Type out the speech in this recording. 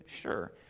sure